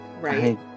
right